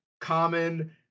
common